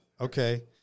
Okay